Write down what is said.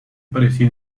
apareció